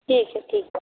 ठीक आहे ठीक आहे